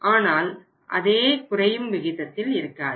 ஆனால் அதே குறையும் விகிதத்தில் இருக்காது